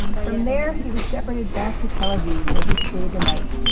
from there, he was shepherded back to tel aviv, where he stayed the night